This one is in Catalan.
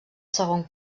segon